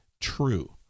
true